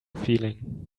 feeling